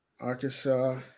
arkansas